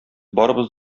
барыбыз